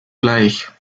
gleich